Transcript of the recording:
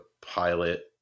pilot